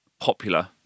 popular